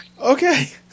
Okay